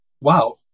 Wow